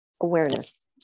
awareness